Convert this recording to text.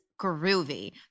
groovy